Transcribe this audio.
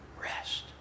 rest